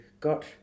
got